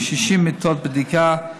עם 60 מיטות בדיקה,